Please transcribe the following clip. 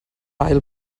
ail